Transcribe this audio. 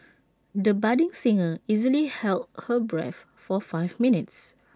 the budding singer easily held her breath for five minutes